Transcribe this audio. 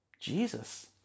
Jesus